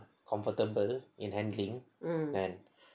comfortable in handling and